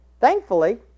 Thankfully